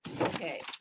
Okay